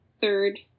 third